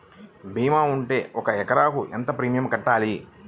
భీమా ఉంటే ఒక ఎకరాకు ఎంత ప్రీమియం కట్టాలి?